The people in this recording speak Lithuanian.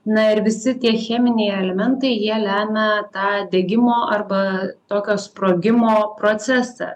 na ir visi tie cheminiai elementai jie lemia tą degimo arba tokio sprogimo procesą